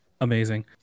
Amazing